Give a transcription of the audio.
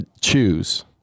Choose